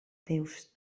teus